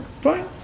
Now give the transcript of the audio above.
Fine